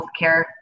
healthcare